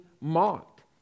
mocked